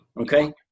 okay